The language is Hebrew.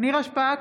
נירה שפק,